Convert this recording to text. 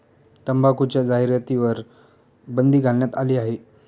तंबाखूच्या जाहिरातींवर बंदी घालण्यात आली आहे